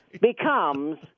becomes